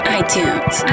iTunes